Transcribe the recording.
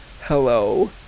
hello